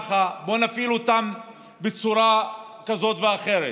בואו נפעיל אותם בצורה כזאת ואחרת.